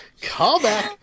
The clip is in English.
Callback